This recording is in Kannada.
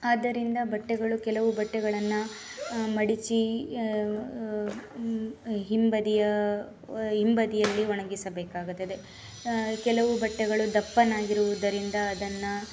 ಆದ್ದರಿಂದ ಬಟ್ಟೆಗಳು ಕೆಲವು ಬಟ್ಟೆಗಳನ್ನು ಮಡಚಿ ಹಿಂಬದಿಯ ಹಿಂಬದಿಯಲ್ಲಿ ಒಣಗಿಸಬೇಕಾಗುತ್ತದೆ ಕೆಲವು ಬಟ್ಟೆಗಳು ದಪ್ಪವಾಗಿರುವುದರಿಂದ ಅದನ್ನು